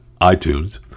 iTunes